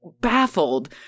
baffled